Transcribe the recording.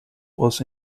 was